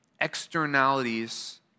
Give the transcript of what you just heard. externalities